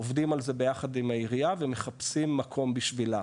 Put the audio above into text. עובדים על זה ביחד עם העירייה ומחפשים מקום בשבילה.